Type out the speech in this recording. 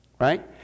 right